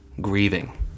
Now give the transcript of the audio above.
Grieving